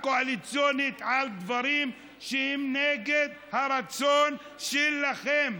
קואליציונית על דברים שהם נגד הרצון שלכם.